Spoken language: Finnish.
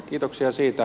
kiitoksia siitä